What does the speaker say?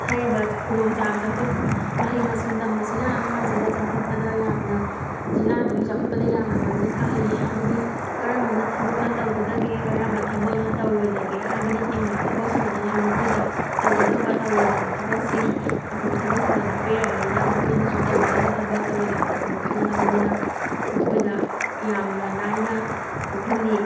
ꯍꯥꯏꯔꯤꯕ ꯈꯨꯗꯣꯡ ꯆꯥꯕ ꯆꯥꯎꯈꯠꯄ ꯃꯍꯩ ꯃꯁꯤꯡ ꯇꯝꯕꯁꯤꯅ ꯑꯉꯥꯡ ꯑꯁꯤꯗ ꯆꯥꯎꯈꯠꯄꯗ ꯌꯥꯝꯅ ꯖꯤꯜꯂꯥꯗꯨꯒꯤ ꯆꯥꯎꯈꯠꯄꯗ ꯌꯥꯝꯅ ꯃꯥꯡꯖꯤꯜ ꯊꯥꯍꯜꯂꯤ ꯍꯥꯏꯕꯗꯤ ꯀꯔꯝꯕꯅ ꯊꯕꯛꯅ ꯇꯧꯒꯗꯒꯦ ꯀꯔꯝꯕ ꯊꯕꯛꯅ ꯇꯧꯔꯣꯏꯗꯒꯦ ꯍꯥꯏꯕꯅꯆꯤꯡꯕ ꯊꯕꯛꯁꯤꯡ ꯑꯁꯤꯁꯨ ꯃꯈꯣꯏꯗ ꯇꯧꯒꯗꯕ ꯇꯧꯔꯣꯏꯗꯕ ꯊꯕꯛꯁꯤꯡ ꯑꯐꯕ ꯊꯕꯛꯁꯤꯡꯗꯣ ꯇꯥꯛꯄꯤꯔꯕꯅꯤꯅ ꯃꯈꯣꯏꯅꯁꯨ ꯇꯧꯒꯗꯕ ꯊꯕꯛ ꯇꯧꯔꯣꯏꯗꯕ ꯊꯕꯛꯇꯣ ꯈꯪꯉꯕꯅꯤꯅ ꯃꯈꯣꯏꯗ ꯌꯥꯝꯅ ꯂꯥꯏꯅ ꯊꯣꯛ ꯍꯜꯂꯤ